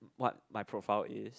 what my profile is